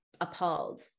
appalled